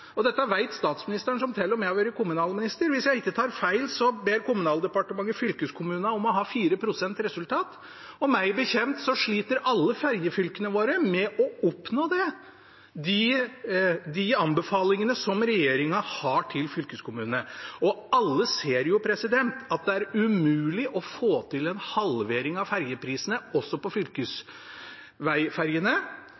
og dette vet statsministeren, som til og med har vært kommunalminister. Hvis jeg ikke tar feil, ber Kommunaldepartementet fylkeskommunene om å ha 4 pst. resultat. Meg bekjent sliter alle ferjefylkene våre med å oppnå de anbefalingene regjeringen har til fylkeskommunene. Alle ser jo at det er umulig å få til en halvering av ferjeprisene også på